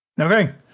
Okay